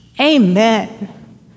amen